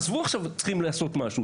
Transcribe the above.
עזבו עכשיו אמירות שצריכים לעשות משהו,